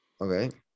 okay